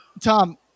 Tom